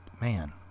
man